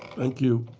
thank you.